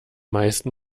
meisten